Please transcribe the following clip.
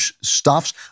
stuffs